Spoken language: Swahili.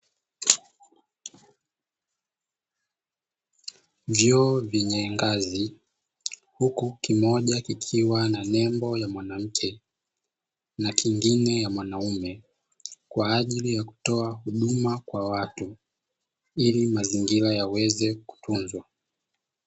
Vyoo vyenye ngazi huku kimoja kikiwa na nembo ya mwanamke na kingine ya mwanaume kwa ajili ya kutoa huduma kwa watu ili mazingira yaweze kutunzwa.